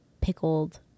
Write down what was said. pickled